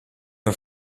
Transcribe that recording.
een